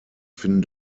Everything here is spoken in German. finden